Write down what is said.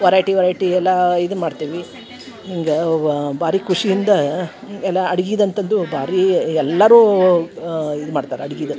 variety variety ಎಲ್ಲ ಇದನ್ನು ಮಾಡ್ತೇವೆ ಹಿಂಗೆ ಭಾರಿ ಖುಷಿಯಿಂದ ಎಲ್ಲ ಅಡ್ಗಿದು ಅಂತಂದು ಭಾರಿ ಎಲ್ಲರೂ ಇದು ಮಾಡ್ತಾರೆ ಅಡ್ಗಿದು